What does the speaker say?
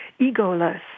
egoless